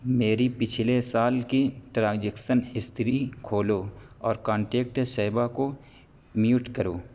میری پچھلے سال کی ٹرانزیکسن ہسٹری کھولو اور کانٹیکٹ شیبہ کو میوٹ کرو